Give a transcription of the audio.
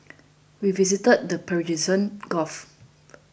we visited the Persian Gulf